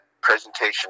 presentation